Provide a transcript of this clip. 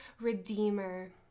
redeemer